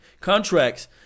contracts